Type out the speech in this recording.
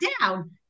down